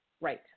Right